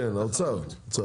כן, האוצר.